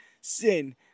Sin